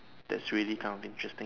that's really kind of interesting